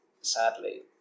sadly